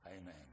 Amen